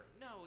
No